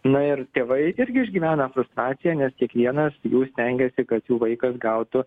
na ir tėvai irgi išgyvena frustraciją nes kiekvienas jų stengiasi kad jų vaikas gautų